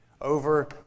over